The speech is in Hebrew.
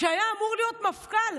שהיה אמור להיות מפכ"ל,